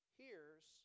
hears